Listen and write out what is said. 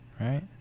right